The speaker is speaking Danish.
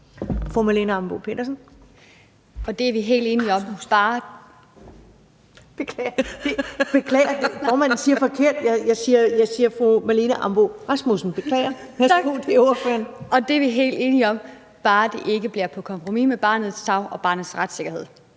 ordføreren). Tak, det er vi helt enige om. Bare der ikke gås på kompromis med barnets tarv og barnets retssikkerhed.